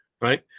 right